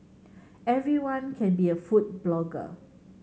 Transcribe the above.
everyone can be a food blogger